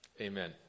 amen